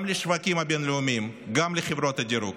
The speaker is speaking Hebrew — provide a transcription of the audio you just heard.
גם לשווקים הבין-לאומיים, גם לחברות הדירוג.